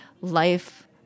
life